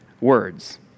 words